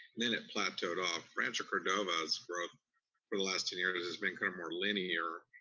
and then it plateaued off. rancho cordova's growth for the last ten years has been kind of more linear.